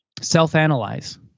self-analyze